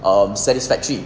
um satisfactory